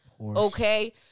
okay